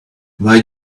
why